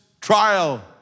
trial